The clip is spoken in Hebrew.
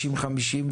50-50,